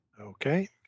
Okay